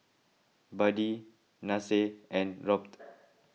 Buddy Nasir and Robt